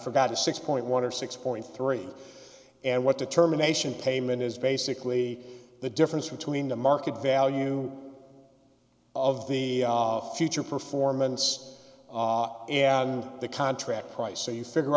forgot a six point one or six point three and what determination payment is basically the difference between the market value of the future performance and the contract price so you figure